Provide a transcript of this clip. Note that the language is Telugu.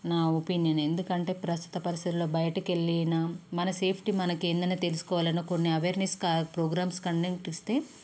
నా ఒపీనియన్ ఎందుకంటే ప్రస్తుత పరిస్థితిలో బయటికెళ్ళినా మన సేఫ్టీ మనకేంటి అని తెలుసుకోవాలని కొన్ని అవేర్నెస్ కండక్ట్ చేస్తే